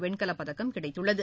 வெண்கலப்பதக்கம் கிடைத்துள்ளது